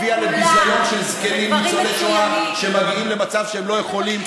הביאה לביזיון של זקנים ניצולי שואה שמגיעים למצב שהם לא יכולים,